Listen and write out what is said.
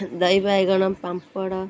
ଦହି ବାଇଗଣ ପାମ୍ପଡ଼